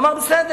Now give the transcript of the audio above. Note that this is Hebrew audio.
והוא אמר: בסדר.